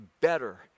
better